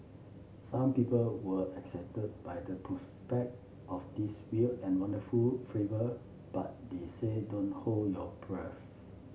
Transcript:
some people were excited by the prospect of this weird and wonderful flavour but they say don't hold your breath